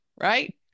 right